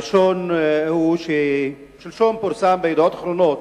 הראשון הוא ששלשום פורסם ב"ידיעות אחרונות"